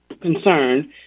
concerned